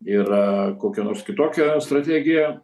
yra kokia nors kitokia strategija